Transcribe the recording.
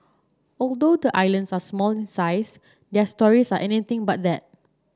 although the islands are small in size their stories are anything but that